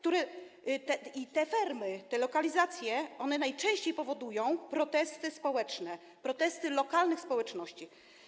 Te fermy, ich lokalizacje najczęściej powodują protesty społeczne, protesty lokalnych społeczności.